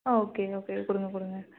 ஆ okay okay கொடுங்க கொடுங்க